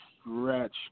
stretch